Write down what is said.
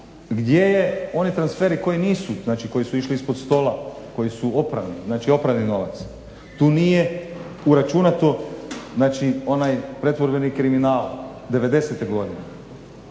koji nisu, znači koji su išli ispod stola, koji su oprani. Znači oprani novac. Tu nije uračunato znači onaj pretvorbeni kriminal devedesete